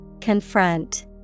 Confront